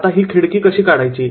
आता ही खिडकी कशी काढायची